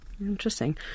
Interesting